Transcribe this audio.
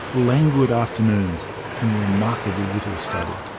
languid afternoons and remarkably little study.